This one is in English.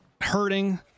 hurting